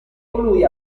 colui